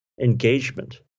engagement